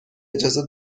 اجازه